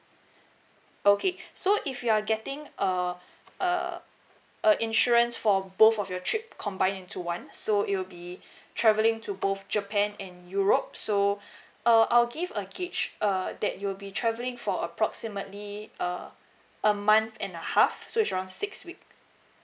okay so if you are getting a uh a insurance for both of your trip combined into one so it will be travelling to both japan and europe so uh I'll give a gauge err that you'll be travelling for approximately err a month and a half so it's around six week